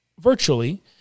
virtually